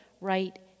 right